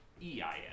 E-I-N